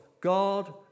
God